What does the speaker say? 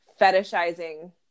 fetishizing